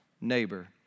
neighbor